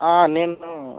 నేనూ